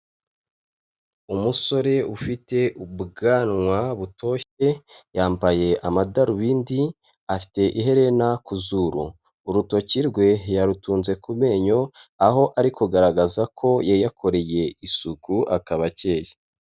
Umusore ufite ubwanwa butoshye yambaye amadarubindi, afite iherena ku zuru. Urutoki rwe yarutunze ku menyo aho ari kugaragaza ko yayakoreye isuku akaba akeye.